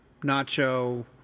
Nacho